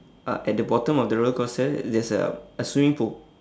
uh at the bottom of the rollercoaster just a a swimming pool